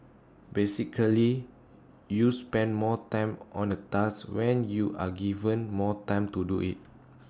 basically you spend more time on A task when you are given more time to do IT